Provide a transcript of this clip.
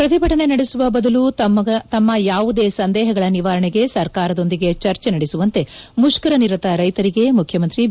ಪ್ರತಿಭಟನೆ ನಡೆಸುವ ಬದಲು ತಮ್ಮ ಯಾವುದೇ ಸಂದೇಹಗಳ ನಿವಾರಣೆಗೆ ಸರ್ಕಾರದೊಂದಿಗೆ ಚರ್ಚೆ ನಡೆಸುವಂತೆ ಮುಷ್ಕರ ನಿರತ ರೈತರಿಗೆ ಮುಖ್ಯಮಂತ್ರಿ ಬಿ